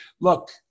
look